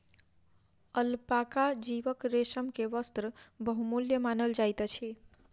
alpaca जीवक रेशम के वस्त्र बहुमूल्य मानल जाइत अछि